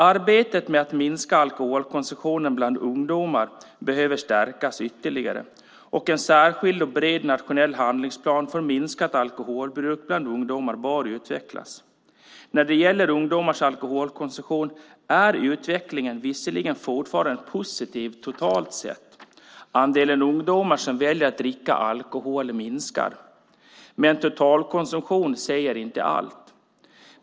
Arbetet med att minska alkoholkonsumtionen bland ungdomar behöver stärkas ytterligare, och en särskild och bred nationell handlingsplan för minskat alkoholbruk bland ungdomar bör utvecklas. När det gäller ungdomars alkoholkonsumtion är utvecklingen visserligen fortfarande positiv totalt sett. Andelen ungdomar som väljer att dricka alkohol minskar. Men totalkonsumtion säger inte allt.